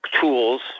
tools